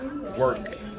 work